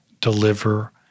deliver